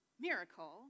miracle